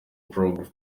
process